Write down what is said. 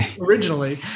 originally